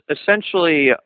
essentially